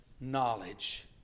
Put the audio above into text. knowledge